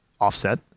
offset